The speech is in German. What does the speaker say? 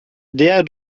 der